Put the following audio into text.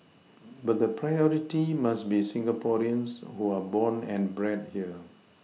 but the Priority must be Singaporeans who are born and bred here